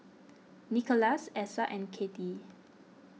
Nikolas Essa and Kathey